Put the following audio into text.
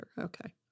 Okay